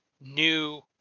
new